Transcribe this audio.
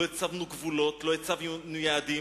לא הצבנו גבולות, לא הצבנו יעדים,